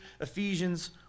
Ephesians